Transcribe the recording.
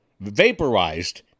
vaporized